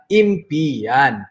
impian